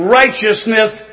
righteousness